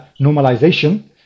Normalization